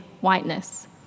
whiteness